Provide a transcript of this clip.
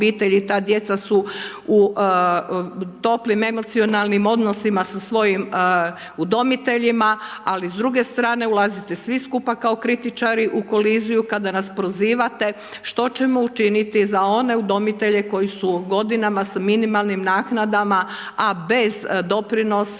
obitelji, ta djeca su u toplim, emocijalnim odnosima sa svojim udomiteljima, ali s druge strane, ulazite svi skupa kao kritičari u koliziju kada nas prozivate što ćemo učiniti za one udomitelje koji su godinama sa minimalnim naknadama, a bez doprinosa,